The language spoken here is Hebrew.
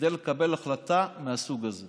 כדי לקבל החלטה מהסוג הזה,